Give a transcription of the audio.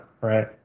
right